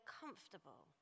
comfortable